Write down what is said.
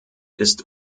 ist